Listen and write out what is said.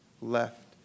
left